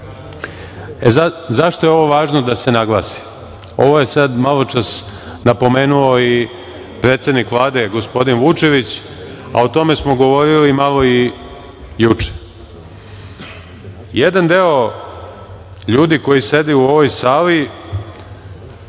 carine.Zašto je ovo važno da se naglasi? Ovo je sad maločas napomenuo i predsednik Vlade gospodin Vučević, a o tome smo govorili malo i juče. Jedan deo ljudi koji sedi u ovoj sali